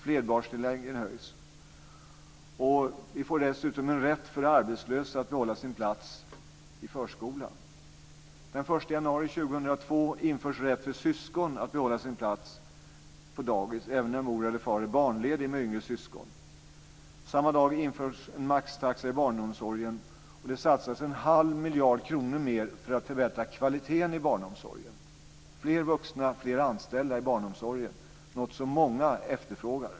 Flerbarnstilläggen höjs. Vi får dessutom en rätt för arbetslösa att behålla sin plats i förskolan. Den 1 januari 2002 införs rätt för syskon att behålla sin plats på dagis även när mor eller far är barnledig med yngre syskon. Samma dag införs en maxtaxa i barnomsorgen, och det satsas en halv miljard kronor mer för att förbättra kvaliteten i barnomsorgen. Det blir fler vuxna, fler anställda, i barnomsorgen. Det är något som många efterfrågar.